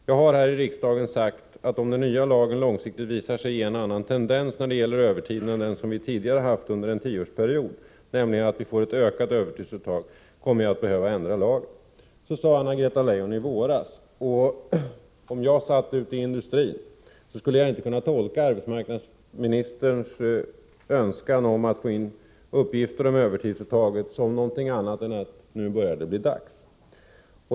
Jag har här i riksdagen sagt att om den nya lagen långsiktigt visar sig ge en annan tendens när det gäller övertiden än den som vi tidigare har haft under en tioårsperiod, nämligen att vi får ett ökat övertidsuttag, kommer vi att behöva ändra lagen.” Så sade alltså Anna-Greta Leijon i våras. Om jag satt ute i industrin skulle jaginte kunna tolka arbetsmarknadsministerns önskan om att få in uppgifter om övertidsuttaget som någonting annat än ”att nu börjar det bli dags”.